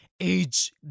Age